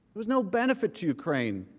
was no benefit to ukraine,